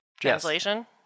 Translation